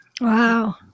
Wow